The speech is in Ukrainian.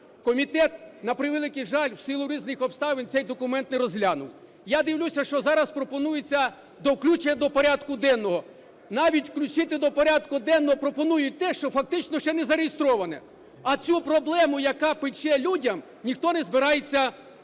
комітет, на превеликий жаль, в силу різних обставин цей документ не розглянув. Я дивлюся, що зараз пропонується до включення до порядку денного. Навіть включити до порядку денного пропонують те, що фактично ще не зареєстроване, а цю проблему, яка пече людям, ніхто не збирається розглядати.